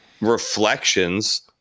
reflections